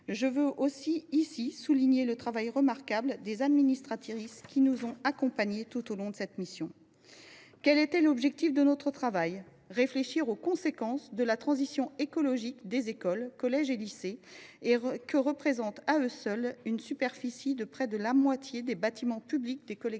Je veux aussi souligner le travail remarquable des administratrices qui nous ont accompagnés tout au long de cette mission. Quel était l’objectif de notre travail ? Réfléchir aux conséquences de la transition écologique pour les écoles, collèges et lycées, qui représentent à eux seuls, en superficie, près de la moitié des bâtiments publics des collectivités